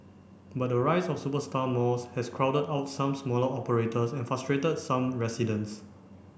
but the rise of superstar malls has crowded out some smaller operators and frustrated some residents